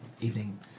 evening